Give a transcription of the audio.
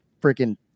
freaking